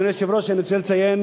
אדוני היושב-ראש, אני רוצה לציין